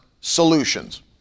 solutions